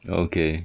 okay